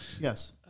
yes